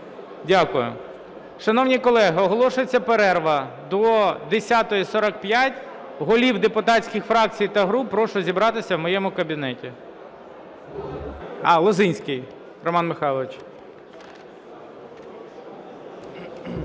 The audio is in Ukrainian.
Дякую. Шановні колеги, оголошується перерва до 10:45. Голів депутатських фракцій та груп прошу зібратися в моєму кабінеті. (Після перерви)